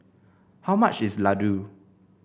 how much is Ladoo